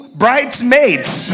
bridesmaids